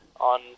on